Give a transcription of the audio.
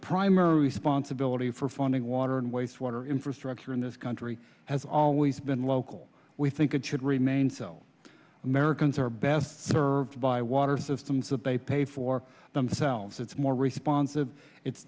primer responsibility for finding water and wastewater infrastructure in this country has always been local we think it should remain so americans are best served by water systems that they pay for themselves it's more responsive it's